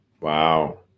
Wow